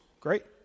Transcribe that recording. great